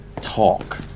talk